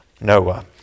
noah